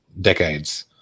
decades